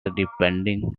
depending